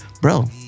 Bro